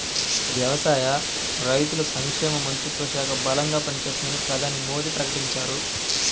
వ్యవసాయ, రైతుల సంక్షేమ మంత్రిత్వ శాఖ బలంగా పనిచేస్తుందని ప్రధాని మోడీ ప్రకటించారు